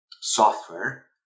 software